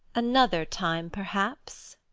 another time perhaps.